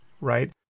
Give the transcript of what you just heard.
Right